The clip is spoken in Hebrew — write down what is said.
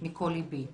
מכל ליבי.